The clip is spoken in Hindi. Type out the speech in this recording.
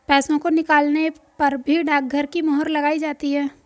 पैसों को निकालने पर भी डाकघर की मोहर लगाई जाती है